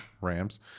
Rams